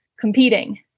competing